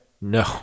No